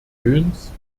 jöns